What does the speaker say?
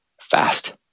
fast